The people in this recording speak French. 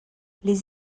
les